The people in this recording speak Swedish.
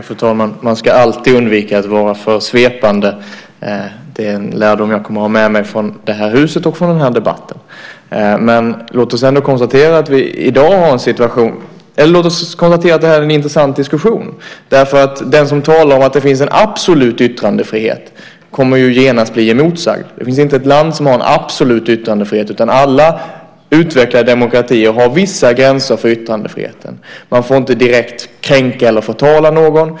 Fru talman! Man ska alltid undvika att vara för svepande. Det är en lärdom jag kommer att ha med mig från det här huset och från den här debatten. Låt oss konstatera att det här är en intressant diskussion. Den som talar om att det finns en absolut yttrandefrihet kommer ju genast att bli emotsagd. Det finns inte ett land som har en absolut yttrandefrihet, utan alla utvecklade demokratier har vissa gränser för yttrandefriheten. Man får inte direkt kränka eller förtala någon.